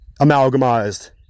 amalgamized